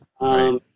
Right